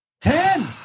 Ten